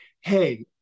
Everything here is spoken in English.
Hey